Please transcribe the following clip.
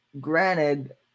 Granted